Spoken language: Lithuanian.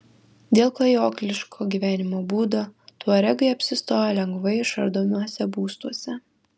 dėl klajokliško gyvenimo būdo tuaregai apsistoja lengvai išardomuose būstuose